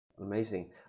Amazing